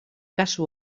kasu